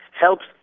helps